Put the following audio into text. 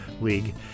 league